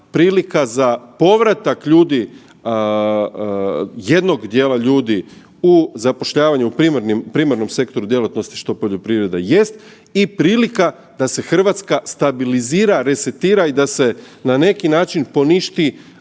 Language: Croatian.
prilika za povratak ljudi, jednog dijela ljudi u zapošljavanje u primarnom sektoru djelatnosti što poljoprivreda jest i prilika da se Hrvatska stabilizira, resetira i da se na neki način poništi